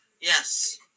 Yes